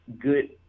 good